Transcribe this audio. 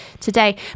today